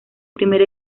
primer